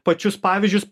pačius pavyzdžius